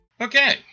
Okay